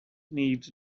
needs